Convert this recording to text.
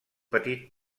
petit